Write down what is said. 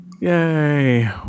Yay